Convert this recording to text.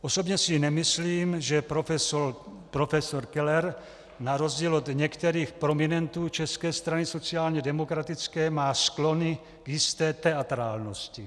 Osobně si nemyslím, že profesor Keller, na rozdíl od některých prominentů České strany sociálně demokratické, má sklony k jisté teatrálnosti.